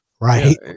right